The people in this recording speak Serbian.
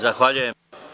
Zahvaljujem.